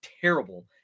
terrible